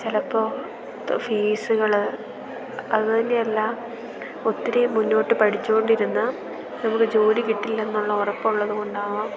ചിലപ്പോൾ ഫീസുകൾ അതു തന്നെ അല്ല ഒത്തിരി മുന്നോട്ട് പഠിച്ചു കൊണ്ടിരുന്ന നമുക്ക് ജോലി കിട്ടില്ല എന്നുള്ള ഉറപ്പുള്ളതു കൊണ്ടാവാം